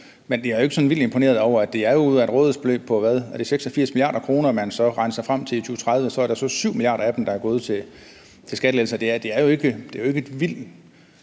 er ikke sådan vildt imponeret over, at det jo er ud af et rådighedsbeløb på – er det 86 mia. kr.? Man kan så regne sig frem til 2030. Så er der så 7 mia. kr. af dem, der er gået til skattelettelser. Det er jo ikke et vildt,